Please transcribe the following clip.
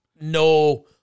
No